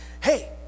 hey